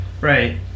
Right